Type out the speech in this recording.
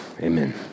Amen